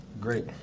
Great